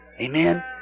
Amen